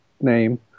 name